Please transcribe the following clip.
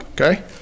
okay